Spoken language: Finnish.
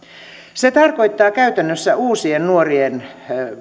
se tarkoittaa käytännössä uusien nuorien